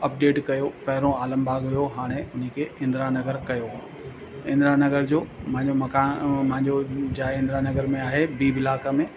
update कयो पहिरों आलमबाग़ हुओ हाणे उन खे इंदिरा नगर कयो इंदिरा नगर जो मुंहिंजो मकान मुंहिंजो जाइ इंदिरा नगर में आहे बी ब्लॉक में